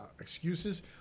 excuses